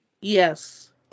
Yes